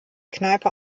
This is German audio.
kneipe